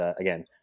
again